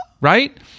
Right